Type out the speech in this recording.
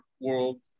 world